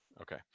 Okay